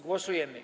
Głosujemy.